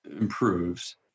improves